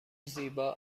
زیبا